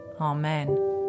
Amen